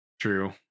True